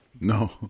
No